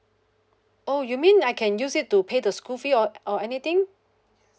oh you mean I can use it to pay the school fees or or anything